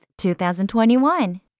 2021